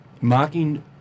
mocking